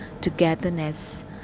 togetherness